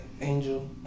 angel